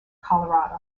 colorado